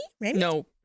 No